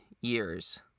years